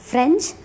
French